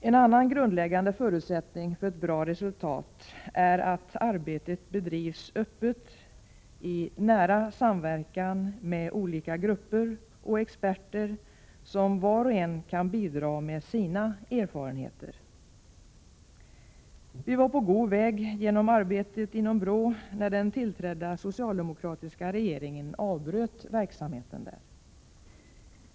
En annan grundläggande förutsättning för ett bra resultat är att arbetet bedrivs öppet och i nära samverkan med olika grupper och experter som var och en kan bidra med sina erfarenheter. Vi var på god väg att förverkliga detta genom arbetet inom BRÅ när den tillträdda socialdemokratiska regeringen avbröt verksamheten där.